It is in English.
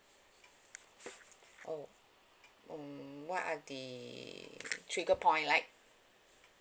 oh mm what are the trigger point like